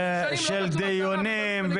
--- דיונים,